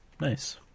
Nice